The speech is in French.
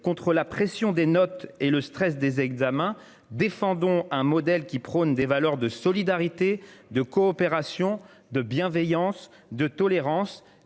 contre la pression des notes et le stress des examens défendons un modèle qui prône des valeurs de solidarité et de coopération de bienveillance, de tolérance